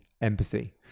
empathy